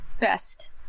best